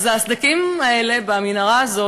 אז הסדקים האלה במנהרה הזאת,